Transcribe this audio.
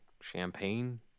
Champagne